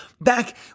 Back